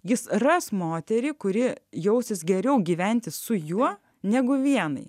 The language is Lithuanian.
jis ras moterį kuri jausis geriau gyventi su juo negu vienai